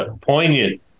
poignant